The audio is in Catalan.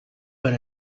per